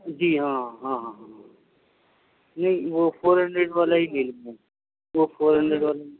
جی ہاں ہاں ہاں ہاں نہیں وہ فور ہنڈریڈ والا ہی لے لیں گے وہ فور ہنڈریڈ والا